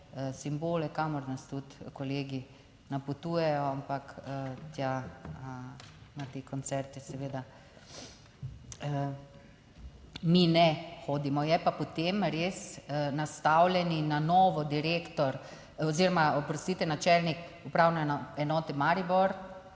kamor nas tudi kolegi napotujejo, ampak tja na te koncerte seveda mi ne hodimo. Ja pa potem res nastavljeni na novo direktor oziroma, oprostite, načelnik Upravne enote Maribor